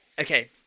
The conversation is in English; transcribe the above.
okay